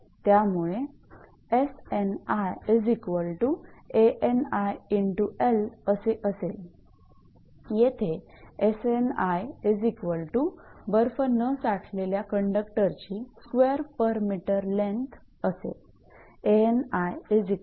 त्यामुळे 𝑆𝑛𝑖 𝐴𝑛𝑖 × 𝑙 असे असेल येथे 𝑆𝑛𝑖 बर्फ न साठलेला कंडक्टरची स्क्वेअर पर मीटर लेन्थ असेल